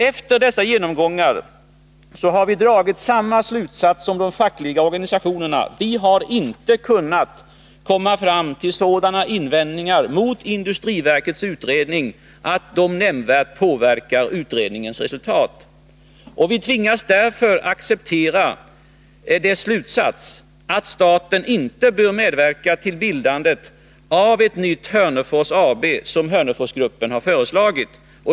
Efter dessa genomgångar har vi dragit samma slutsats som de fackliga organisationerna: Vi har inte kunnat komma fram till sådana invändningar mot industriverkets utredning att de nämnvärt påverkar utredningens resultat. Vi tvingas därför acceptera dess slutsats, att staten inte bör medverka till bildandet av ett nytt Hörnefors AB, som Hörneforsgruppen föreslagit.